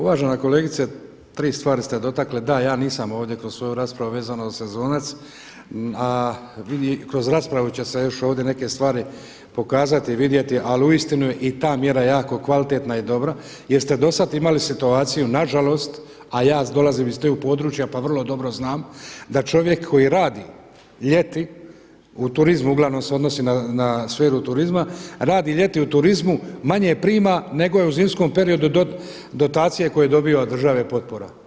Uvažena kolegice, tri stvari ste dotakla, da ja nisam ovdje kroz svoju raspravu vezano za sezonce, a i kroz raspravu će se još ovdje neke stvari pokazati i vidjeti, ali uistinu je i ta mjera jako kvalitetna i dobra jer ste do sada imali situaciju nažalost, a ja dolazim iz tog područja pa vrlo dobro znam, da čovjek koji radi ljeti u turizmu, uglavnom se odnosi na sferu turizma, radi ljeti u turizmu manje prima nego je u zimskom periodu dotacije koje dobiva od države potpora.